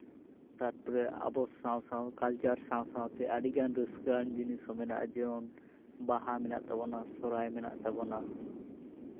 ᱛᱟᱨᱯᱚᱨᱮ ᱟᱵᱚ ᱥᱟᱶ ᱥᱟᱶ ᱠᱟᱞᱪᱟᱨ ᱥᱟᱶ ᱥᱟᱶᱛᱮ ᱟᱹᱰᱤᱜᱟᱱ ᱨᱟᱹᱥᱠᱟᱹᱣᱟᱱ ᱡᱤᱱᱤᱥ ᱦᱚᱸ ᱢᱮᱱᱟᱜᱼᱟ ᱡᱮᱢᱚᱱ ᱵᱟᱦᱟ ᱢᱮᱱᱟᱜ ᱛᱟᱵᱚᱱᱟ ᱥᱚᱦᱨᱟᱭ ᱢᱮᱱᱟᱜ ᱛᱟᱵᱚᱱᱟ